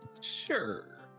Sure